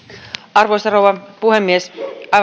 arvoisa rouva puhemies aivan